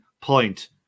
point